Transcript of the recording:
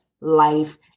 life